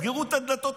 יסגרו את הדלתות,